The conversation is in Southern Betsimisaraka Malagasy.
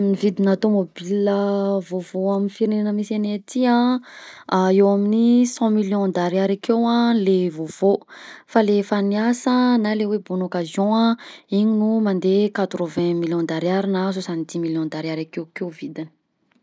Ny vidina tômôbila vaovao amin'ny firegnena misy agnay aty an ah eo amin'ny cent million d'ariary akeo zany le vaovao fa le efa niasa na le hoe bonne occasion igny no mandeha quatre vingt million d'ariary na soixante-dix million d'ariary akekeo vidiny.